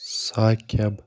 Saqib